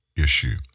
issue